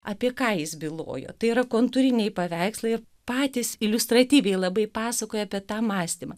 apie ką jis bylojo tai yra kontūriniai paveikslai patys iliustratyviai labai pasakoja apie tą mąstymą